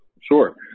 Sure